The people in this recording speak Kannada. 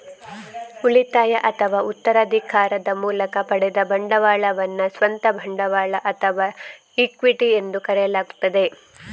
ಉಳಿತಾಯ ಅಥವಾ ಉತ್ತರಾಧಿಕಾರದ ಮೂಲಕ ಪಡೆದ ಬಂಡವಾಳವನ್ನು ಸ್ವಂತ ಬಂಡವಾಳ ಅಥವಾ ಇಕ್ವಿಟಿ ಎಂದು ಕರೆಯಲಾಗುತ್ತದೆ